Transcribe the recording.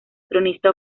cronista